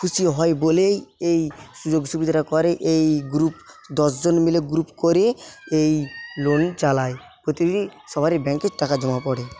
খুশি হয় বলেই এই সুযোগসুবিধাটা করে এই গ্রুপ দশজন মিলে গ্রুপ করে এই লোন চালায় প্রতিটি সবারই ব্যাংকে টাকা জমা পরে